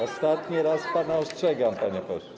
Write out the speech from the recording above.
Ostatni raz pana ostrzegam, panie pośle.